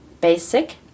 Basic